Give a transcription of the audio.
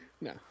No